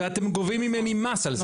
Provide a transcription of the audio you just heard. ואתם גובים ממני מס על זה.